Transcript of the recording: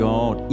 God